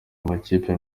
amakipe